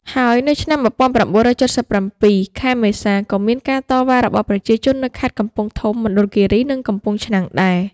ហើយ នៅឆ្នាំ១៩៧៧ ខែមេសាក៏មានការតវ៉ារបស់ប្រជាជន នៅ ខេត្តកំពង់ធំ មណ្ឌលគីរី និងកំពង់ឆ្នាំង ដែរ។